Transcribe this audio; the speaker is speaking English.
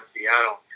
Seattle